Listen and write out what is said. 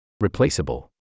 replaceable